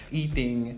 eating